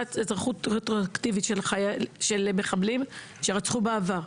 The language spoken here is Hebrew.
אזרחות רטרואקטיבית של מחבלים שרצחו בעבר.